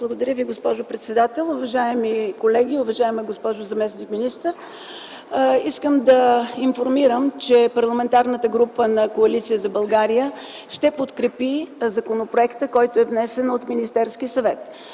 Благодаря Ви, госпожо председател. Уважаеми колеги, уважаема госпожо заместник-министър! Искам да информирам, че Парламентарната група на Коалиция за България ще подкрепи законопроекта, който е внесен от Министерския съвет.